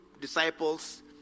disciples